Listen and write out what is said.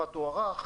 עכשיו,